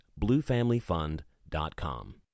bluefamilyfund.com